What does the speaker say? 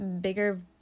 bigger